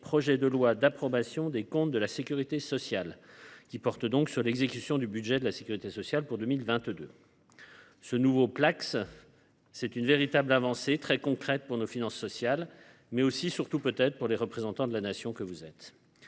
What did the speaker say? projet de loi d’approbation des comptes de la sécurité sociale (Placss), qui porte sur l’exécution du budget pour 2022. Ce nouveau Placss est une véritable avancée, très concrète pour nos finances sociales, mais aussi – surtout peut être – pour les représentants de la Nation que vous êtes,